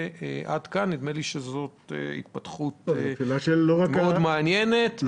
נדמה לי שזאת התפתחות מאוד מעניינת.